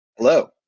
Hello